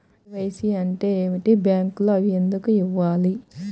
KYC అంటే ఏమిటి? బ్యాంకులో అవి ఎందుకు ఇవ్వాలి?